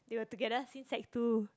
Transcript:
they were together since sec-two